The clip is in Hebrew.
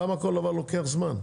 למה כל דבר לוקח זמן?